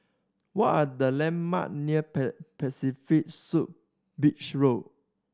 what are the landmarks near Pan Pacific Suites Beach Road